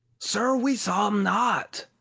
sir, we saw em not.